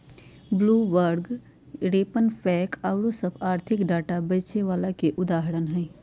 Bloomberg, RavenPack आउरो सभ आर्थिक डाटा बेचे बला के कुछ उदाहरण हइ